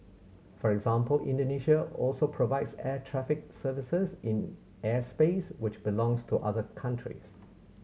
for example Indonesia also provides air traffic services in airspace which belongs to other countries